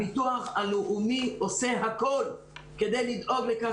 הביטוח הלאומי עושה הכול כדי לדאוג לכך